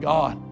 God